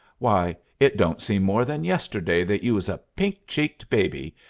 why, it don't seem more than yesterday that you was a pink-cheeked babby,